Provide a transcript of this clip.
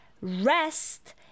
rest